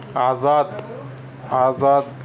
آزاد آزاد